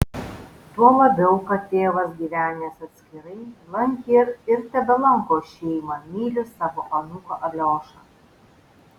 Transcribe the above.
tuo labiau kad tėvas gyvenęs atskirai lankė ir tebelanko šeimą myli savo anūką aliošą